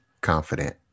confident